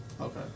okay